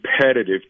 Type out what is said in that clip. competitive